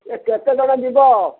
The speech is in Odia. ଏ କେତେ ଜଣ ଯିବ